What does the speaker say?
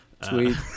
Sweet